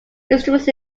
instruments